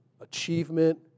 achievement